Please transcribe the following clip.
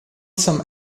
some